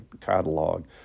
catalog